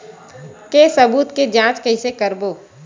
के सबूत के जांच कइसे करबो?